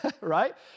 right